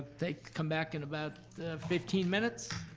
come back in about fifteen minutes,